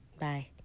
Bye